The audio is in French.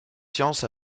sciences